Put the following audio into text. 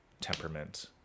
temperament